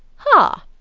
ha!